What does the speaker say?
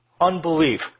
unbelief